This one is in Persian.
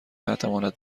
نتواند